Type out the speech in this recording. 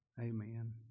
Amen